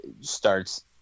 starts